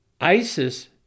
ISIS